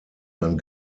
sein